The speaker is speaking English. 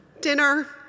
dinner